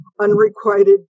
unrequited